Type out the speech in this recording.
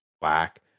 black